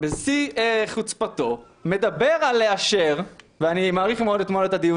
בשיא חוצפתו מדבר על לאשר ואני מעריך מאוד את הדיון